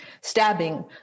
stabbing